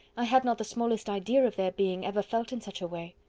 i had not the smallest idea of their being ever felt in such a way.